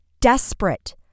desperate